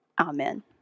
Amen